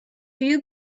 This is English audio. few